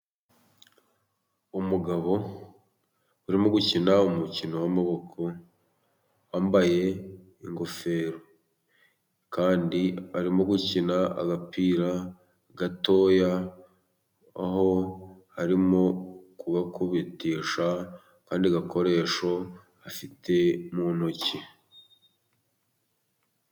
Umugabo urimo gukina umukino w'maboko , wambaye ingofero kandi arimo gukina agapira gatoya , aho arimo kugakubitisha akandi gakoresho afite mu ntoki.